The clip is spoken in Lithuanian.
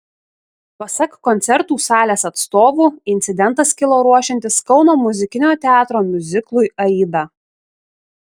pasak koncertų salės atstovų incidentas kilo ruošiantis kauno muzikinio teatro miuziklui aida